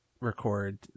record